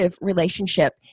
relationship